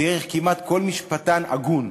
דרך כמעט כל משפטן הגון,